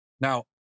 Now